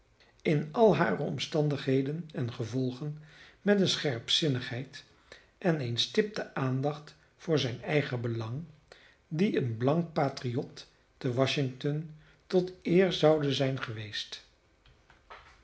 in al hare omstandigheden en gevolgen met een scherpzinnigheid en eene stipte aandacht voor zijn eigen belang die een blank patriot te washington tot eer zouden zijn geweest